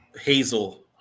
Hazel